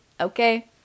Okay